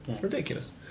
Ridiculous